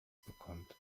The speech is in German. bekommt